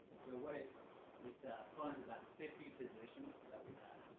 so what it it funds about fifty positions that we have,